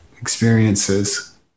experiences